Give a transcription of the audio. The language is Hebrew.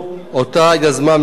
שאותה יזמה הממשלה,